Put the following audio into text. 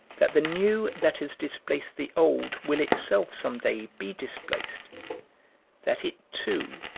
that the new that has displaced the old will itself some day be displaced that it, too,